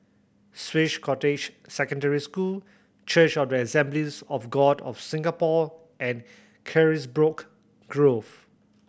Swiss Cottage Secondary School Church of the Assemblies of God of Singapore and Carisbrooke Grove